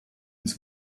ins